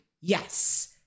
yes